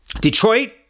Detroit